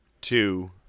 Two